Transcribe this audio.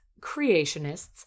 creationists